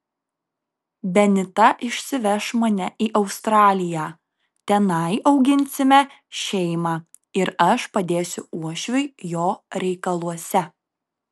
benita išsiveš mane į australiją tenai auginsime šeimą ir aš padėsiu uošviui jo reikaluose